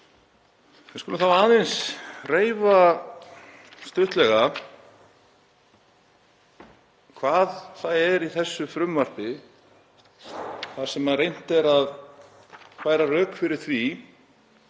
Við skulum þá aðeins reifa stuttlega hvað það er í þessu frumvarpi þar sem reynt er að færa rök fyrir því